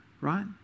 Right